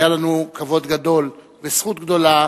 היה לנו כבוד גדול וזכות גדולה